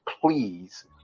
please